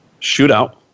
Shootout